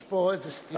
יש פה איזו סתירה.